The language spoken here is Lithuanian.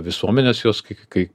visuomenės jos kai